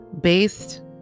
Based